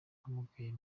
abamugaye